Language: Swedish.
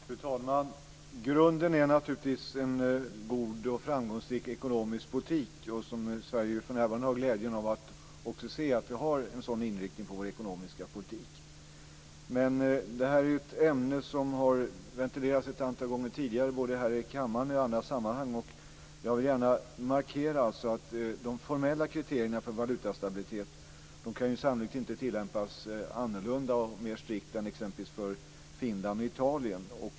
Fru talman! Grunden är naturligtvis en god och framgångsrik ekonomisk politik. Sverige har för närvarande glädjen att se att vi har en sådan inriktning på vår ekonomiska politik. Det här är ett ämne som ventilerats ett antal gånger tidigare både i kammaren och i andra sammanhang. Jag vill gärna markera att de formella kriterierna för valutastabilitet sannolikt inte kan tillämpas annorlunda och mer strikt än för exempelvis Finland och Italien.